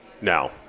now